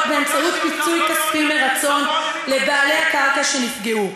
באמצעות פיצוי כספי מרצון לבעלי הקרקע שנפגעו.